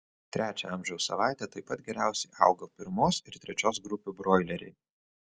trečią amžiaus savaitę taip pat geriausiai augo pirmos ir trečios grupių broileriai